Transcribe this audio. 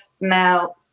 now